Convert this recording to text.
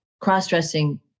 cross-dressing